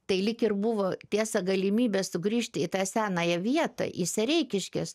tai lyg ir buvo tiesa galimybė sugrįžti į tą senąją vietą į sereikiškes